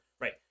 right